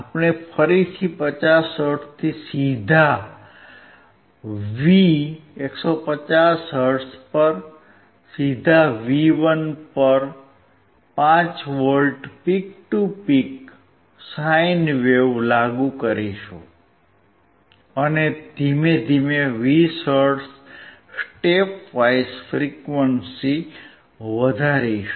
આપણે ફરીથી 50 હર્ટ્ઝથી સીધા V 150 હર્ટ્ઝ પર સીધા V1 પર 5 V peak to peak sine wave લાગુ કરીશું અને ધીમે ધીમે 20 હર્ટ્ઝ સ્ટેપ વાઇઝ ફ્રીક્વંસી વધારીશું